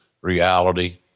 reality